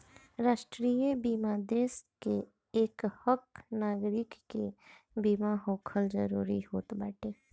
राष्ट्रीय बीमा देस के एकहक नागरीक के बीमा होखल जरूरी होत बाटे